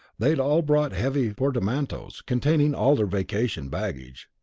they had all brought heavy portmanteaus, containing all their vacation baggage.